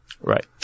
right